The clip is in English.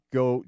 go